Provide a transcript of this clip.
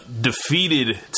defeated